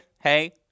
hey